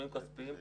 עיצומים כספיים,